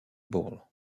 ball